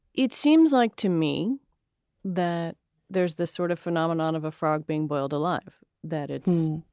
it seems like to me that there's this sort of phenomenon of a frog being boiled alive, that it's